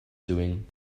doing